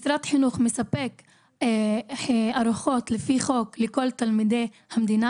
משרד החינוך מספק ארוחות לפי חוק לכל תלמידי המדינה,